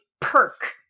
perk